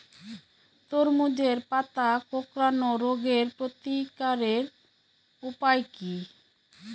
তরমুজের পাতা কোঁকড়ানো রোগের প্রতিকারের উপায় কী?